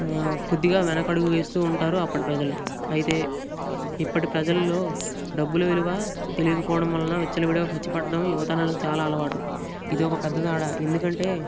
ఆ కొద్దిగా వెనకడుగు వేస్తూ ఉంటారు అప్పటి ప్రజలు అయితే ఇప్పటి ప్రజల్లో డబ్బులు విలువ తెలియక పోవడం వలన విచ్చలవిడిగా ఖర్చు పెట్టడం యువతరానికి చాలా అలవాటు ఇది ఒక పెద్ద తేడా ఎందుకంటే